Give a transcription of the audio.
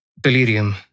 delirium